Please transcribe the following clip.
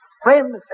Friends